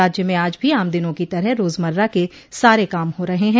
राज्य में आज भी आम दिनों की तरह रोजमर्रा के सारे काम हो रहे हैं